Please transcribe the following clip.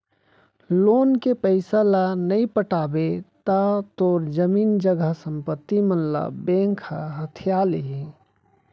loan के पइसा ल नइ पटाबे त तोर जमीन जघा संपत्ति मन ल बेंक ह हथिया लिही